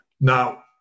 Now